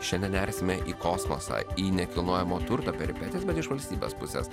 šiandien nersime į kosmosą į nekilnojamo turto peripetijas bet iš valstybės pusės